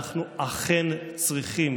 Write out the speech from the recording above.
אנחנו אכן צריכים